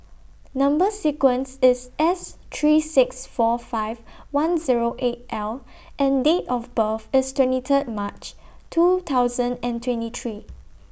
Number sequence IS S three six four five one Zero eight L and Date of birth IS twenty Third March two thousand and twenty three